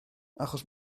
achos